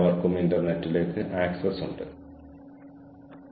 അവർക്ക് സ്വയം വികസിപ്പിക്കാൻ കഴിയുമെന്ന് അവർക്ക് എങ്ങനെ അറിയാം